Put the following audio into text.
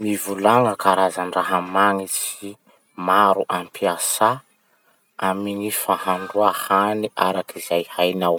Mivolagna karazan-draha magnitsy maro ampiasà amy gny fandrahoa hany araky zay hainao.